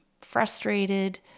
frustrated